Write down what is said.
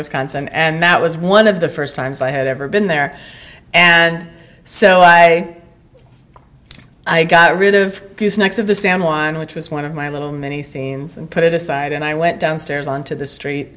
wisconsin and that was one of the first times i had ever been there and so i got rid of next of the san juan which was one of my little mini scenes and put it aside and i went downstairs on to the street